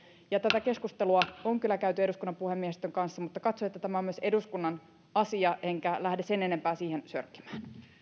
tätä keskustelua on kyllä käyty eduskunnan puhemiehistön kanssa mutta katson että tämä on myös eduskunnan asia enkä lähde sen enempää siihen sörkkimään